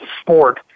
sport